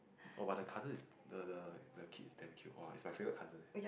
oh but the cousin the the kid is damn cute !wah! is my favorite cousin leh